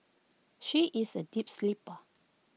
she is A deep sleeper